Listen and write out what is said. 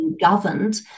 governed